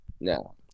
no